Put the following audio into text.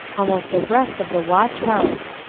almost abreast of the watch-house.